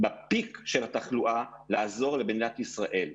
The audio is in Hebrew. בפיק של התחלואה לעזור למדינת ישראל.